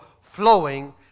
flowing